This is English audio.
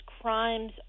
crimes